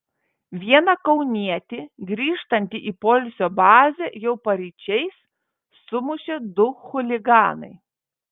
vieną kaunietį grįžtantį į poilsio bazę jau paryčiais sumušė du chuliganai